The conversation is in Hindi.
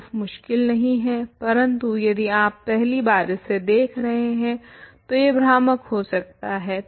प्रूफ मुश्किल नहीं है परन्तु यदि आप पहली बार इसे देख रहे हैं तो यह भ्रामक हो सकता है